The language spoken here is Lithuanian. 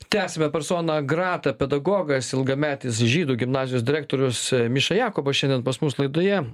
tęsiame personą grata pedagogas ilgametis žydų gimnazijos direktorius miša jakobas šiandien pas mus laidoje